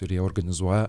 ir jie organizuoja